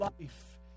life